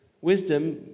Wisdom